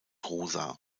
rosa